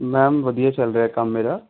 ma'am ਵਧੀਆ ਚੱਲ ਰਿਹਾ ਕੰਮ ਮੇਰਾ